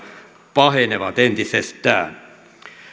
pahenevat entisestään